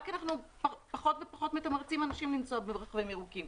אנחנו פחות ופחות מתמרצים אנשים לנסוע ברכבים ירוקים.